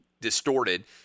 distorted